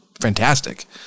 fantastic